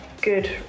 good